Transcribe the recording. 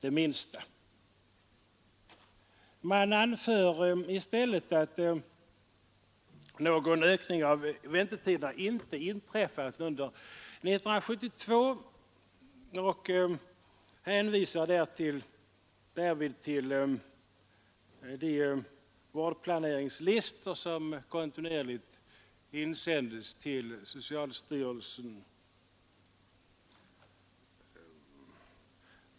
Utskottet anför i stället att någon ökning av väntetiderna inte inträffat under 1972 och hänvisar därvid till de vårdplaneringslistor som kontinuerligt insänds till socialstyrelsen.